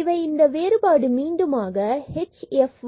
இவை இந்த வேறுபாடு மீண்டுமாக h